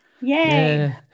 yay